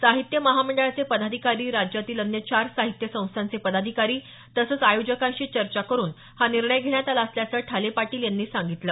साहित्य महामंडळाचे पदाधिकारी राज्यातील अन्य चार साहित्य संस्थांचे पदाधिकारी तसंच आयोजकांशी चर्चा करुन हा निर्णय घेण्यात आला असल्याचं ठाले पाटील यांनी सांगितलं